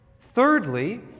Thirdly